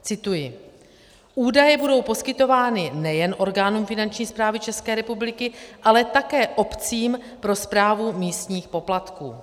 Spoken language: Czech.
Cituji: Údaje budou poskytovány nejen orgánům Finanční správy ČR, ale také obcím pro správu místních poplatků.